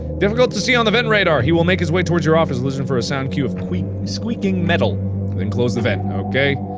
difficult to see on the vent radar he will make his way towards your office. listen for a sound cue of squeaking metal then close the vent. okay.